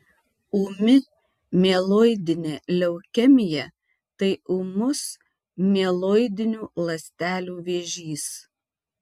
ūmi mieloidinė leukemija tai ūmus mieloidinių ląstelių vėžys